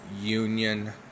union